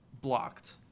blocked